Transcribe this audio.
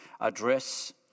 address